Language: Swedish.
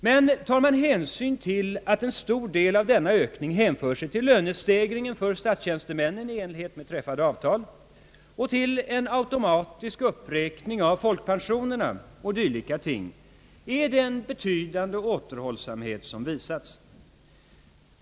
Men tar man hänsyn till att en stor del av denna ökning hänför sig till lönestegringen för statstjänstemännen i enlighet med träffade avtal och till en automatisk uppräkning av folkpensionerna och dylika ting, är det en betydande återhållsamhet som visas.